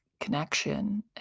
connection